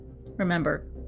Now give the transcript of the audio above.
Remember